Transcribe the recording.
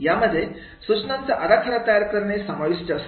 यामध्ये सूचनांचा आराखडा तयार करणे सामाविष्ट असते